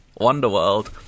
Wonderworld